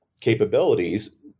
capabilities